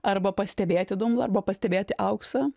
arba pastebėti dumblą arba pastebėti auksą